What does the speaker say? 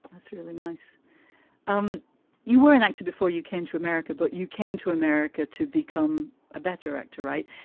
that's really nice um you were an actor before you came to america, but you came to america to become a better actor, right?